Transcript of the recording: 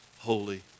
holy